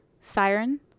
Siren